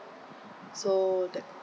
so that